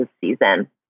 season